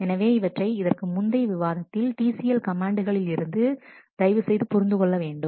எனவே இவற்றை இதற்கு முந்தைய விவாதத்தில் TCL கமெண்ட்களில் இருந்து நீங்கள் தயவு செய்து புரிந்து கொள்ள வேண்டும்